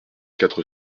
quatre